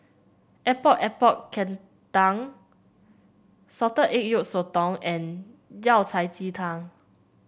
Epok Epok Kentang Salted Egg Yolk Sotong and Yao Cai Ji Tang